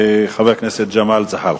חבר הכנסת ג'מאל זחאלקה.